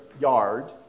yard